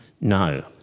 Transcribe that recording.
No